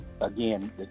again